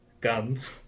guns